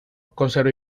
conserva